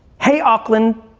hey, auckland,